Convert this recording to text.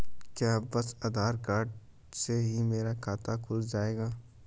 क्या बस आधार कार्ड से ही मेरा खाता खुल जाएगा?